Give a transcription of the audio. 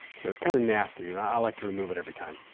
so it's kind of nasty. and i like to remove it every time.